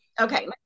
okay